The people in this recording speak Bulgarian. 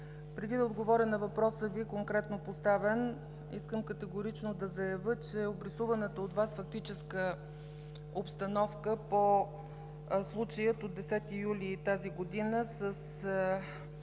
Преди да отговоря на конкретно поставения въпрос, искам категорично да заявя, че обрисуваната от Вас фактическа обстановка по случая от 10 юли, тази година, със